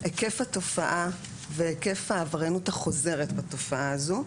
היקף התופעה והיקף העבריינות החוזרת בתופעה הזו.